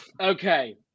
okay